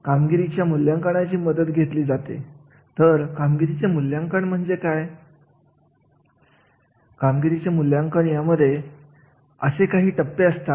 जर आपण हॉटेल उद्योगांचे उदाहरण घेतले तर तिथे कार्यरत असलेले आचारी आणि त्यांची कार्य महत्त्वाची बनत असतात